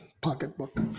pocketbook